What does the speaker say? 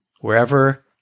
wherever